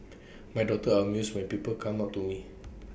my daughters are amused my people come up to me